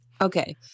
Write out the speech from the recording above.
Okay